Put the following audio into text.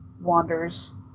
wanders